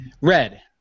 Red